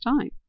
time